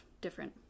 different